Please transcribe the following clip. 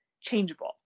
changeable